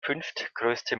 fünftgrößte